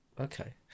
okay